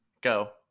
Go